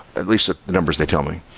at least the numbers they tell me.